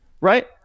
right